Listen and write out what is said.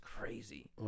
crazy